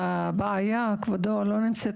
הבעיה, כבודו, לא נמצאת